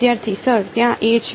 વિદ્યાર્થી સર ત્યાં a છે